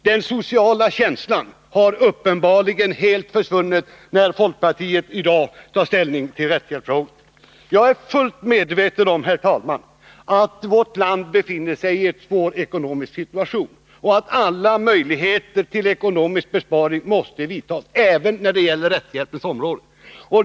Den sociala känslan har uppenbarligen helt försvunnit när folkpartiet i dag tar ställning till rättshjälpsfrågorna. Jag är fullt medveten om, herr talman, att vårt land befinner sig i en svår ekonomisk situation och att alla möjligheter till ekonomiska besparingar måste tas till vara, även när det gäller rättshjälpens område.